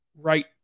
right